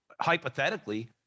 hypothetically